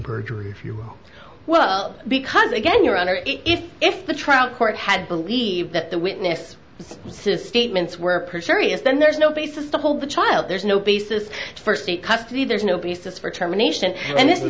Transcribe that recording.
perjury if you well because again your honor if if the trial court had believed that the witness says statements where perjury is then there's no basis to hold the child there's no basis for state custody there's no basis for terminations and this is